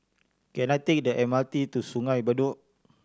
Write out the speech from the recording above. can I take the M R T to Sungei Bedok